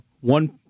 One